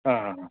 ಹಾಂ ಹಾಂ ಹಾಂ